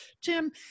Tim